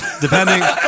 Depending